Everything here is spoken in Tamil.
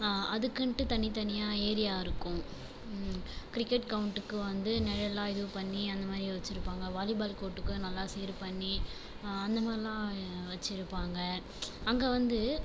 அதுக்குன்ட்டு தனி தனியாக ஏரியாருக்கும் கிரிக்கெட் கவுண்ட்டுக்கு வந்து நிழலா இது பண்ணி அந்தமாதிரி வச்சுருப்பாங்க வாலிபால் கோட்டுக்கு நல்லா சீர் பண்ணி அந்தமாதிரிலாம் வச்சுருப்பாங்க அங்கே வந்து